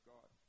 God